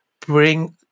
bring